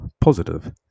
positive